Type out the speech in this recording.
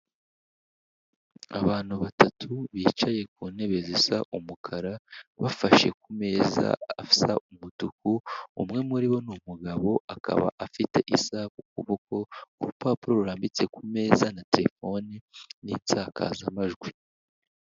Abantu batatu bicaye ku ntebe zisa umukara bafashe ku meza asa umutuku, umwe muri bo ni mugabo akaba afite isaha ku kuboko, urupapuro rurambitse ku meza na telefone n'sakazamajwi.